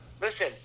Listen